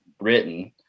written